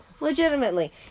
legitimately